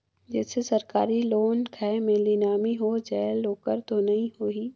जैसे सरकारी लोन खाय मे नीलामी हो जायेल ओकर तो नइ होही?